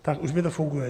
Tak, už mi to funguje.